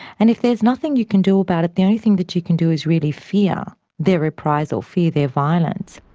and if there's nothing you can do about it, the only thing that you can do is really fear their reprisal, fear their violence.